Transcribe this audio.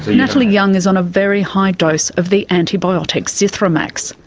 natalie young is on a very high dose of the antibiotic zithromax,